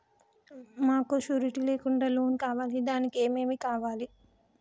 మాకు షూరిటీ లేకుండా లోన్ కావాలి దానికి ఏమేమి కావాలి?